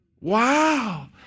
Wow